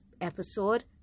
episode